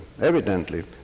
evidently